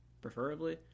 preferably